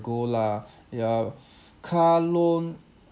lah ya car loan